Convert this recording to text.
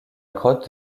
grotte